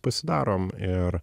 pasidarom ir